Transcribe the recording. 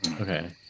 Okay